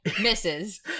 Misses